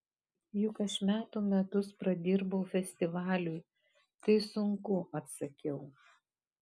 juk aš metų metus pradirbau festivaliui tai sunku atsakiau